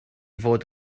fod